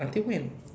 until when